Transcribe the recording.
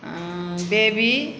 baby